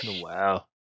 Wow